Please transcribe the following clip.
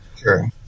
sure